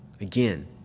Again